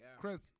Chris